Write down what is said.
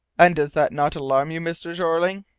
and does that not alarm you, mr. jeorling?